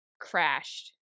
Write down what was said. crashed